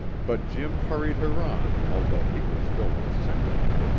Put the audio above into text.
but jim hurried her on although he was filled with sympathy.